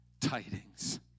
tidings